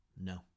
No